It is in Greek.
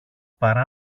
παρά